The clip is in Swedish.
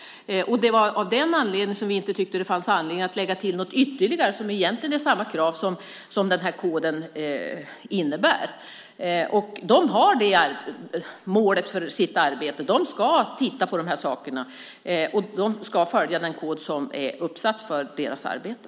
Det var av den anledningen som vi inte tyckte att det fanns anledning att lägga till något ytterligare som den här koden innebär. Valberedningarna har detta mål för sitt arbete. De ska titta på dessa saker, och de ska följa den kod som finns för deras arbete.